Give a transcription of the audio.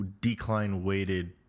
decline-weighted